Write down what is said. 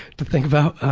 to think about.